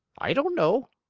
i don't know.